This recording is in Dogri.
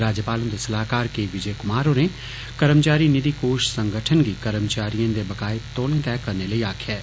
राज्यपाल हुंदे सलाहकार के विजय कुमार होरें कर्मचारी नीधि कोश संगठन गी कर्मचारिएं दे बकाए तौले तैह करने ताईं आक्खेआ ऐ